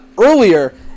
earlier